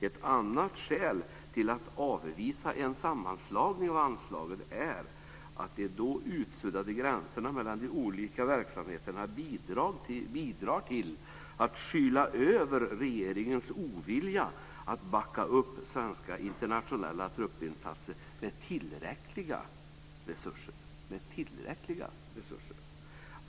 Ett annat skäl till att avvisa en sammanslagning av anslagen är att de då utsuddade gränserna mellan de olika verksamheterna bidrar till att skyla över regeringens ovilja att backa upp svenska internationella truppinsatser med tillräckliga resurser.